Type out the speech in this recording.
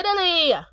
Italy